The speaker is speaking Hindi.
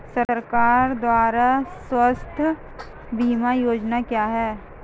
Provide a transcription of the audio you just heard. सरकार द्वारा स्वास्थ्य बीमा योजनाएं क्या हैं?